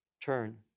Turn